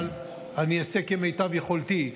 אבל אני אעשה כמיטב יכולתי.